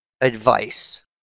advice